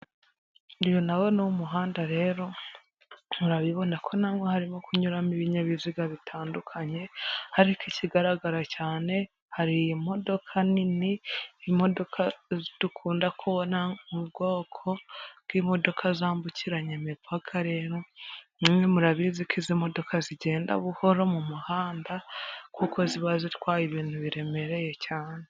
Uyu nawo ni umuhanda rero murabibona ko naho harimo kunyuramo ibinyabiziga bitandukanye ariko ikigaragara cyane harimodoka nini imodoka dukunda kubona mu bwoko bw'imodoka zambukiranya imipaka rero nimwe murabizi ko izi modoka zigenda buhoro mu muhanda kuko ziba zitwaye ibintu biremereye cyane.